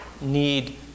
need